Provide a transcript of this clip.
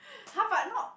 !huh! but not